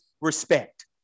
respect